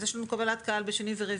אז יש לנו קבלת קהל ארוכה יותר בשני ורביעי.